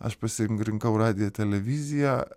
aš pasirin rinkau radiją televiziją